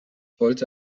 wollte